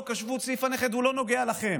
בסעיף הנכד בחוק השבות לא נוגע לכם.